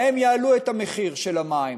להם יעלו את המחיר של המים.